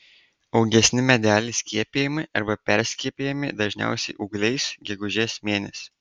augesni medeliai skiepijami arba perskiepijami dažniausiai ūgliais gegužės mėnesį